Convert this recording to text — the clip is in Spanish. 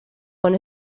con